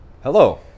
Hello